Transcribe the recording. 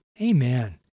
Amen